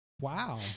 Wow